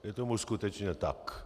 Je tomu skutečně tak.